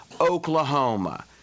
Oklahoma